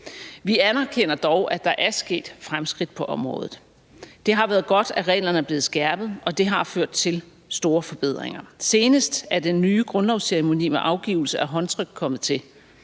Vi anerkender dog, at der er sket fremskridt på området. Det har været godt, at reglerne er blevet skærpet, og det har ført til store forbedringer. Senest er den nye grundlovsceremoni med afgivelse af håndtryk kommet til.